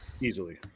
Easily